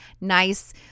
nice